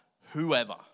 whoever